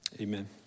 Amen